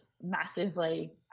massively